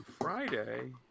Friday